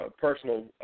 personal